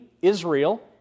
Israel